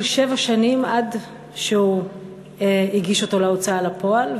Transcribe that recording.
שבע שנים עד שהוא הגיש אותו להוצאה לפועל,